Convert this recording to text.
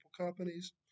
companies